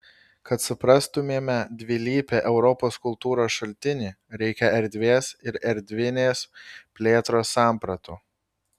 kad suprastumėme dvilypį europos kultūros šaltinį reikia erdvės ir erdvinės plėtros sampratų